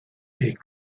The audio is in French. est